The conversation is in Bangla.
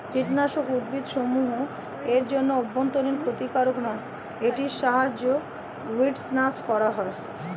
কীটনাশক উদ্ভিদসমূহ এর জন্য অভ্যন্তরীন ক্ষতিকারক নয় এটির সাহায্যে উইড্স নাস করা হয়